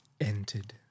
entered